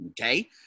okay